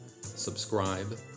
subscribe